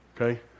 Okay